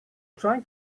trying